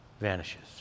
vanishes